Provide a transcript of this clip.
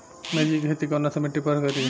मिर्ची के खेती कौन सा मिट्टी पर करी?